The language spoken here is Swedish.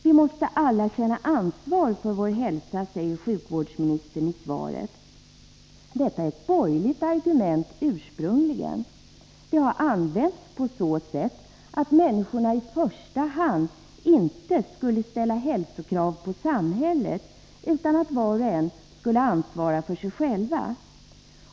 Vi måste alla känna ansvar för vår hälsa, säger sjukvårdsministern i svaret. Detta är ett ursprungligen borgerligt argument. Det har använts på så sätt att människorna i första hand inte skulle ställa hälsokrav på samhället utan att var och en skulle ansvara för sig själv.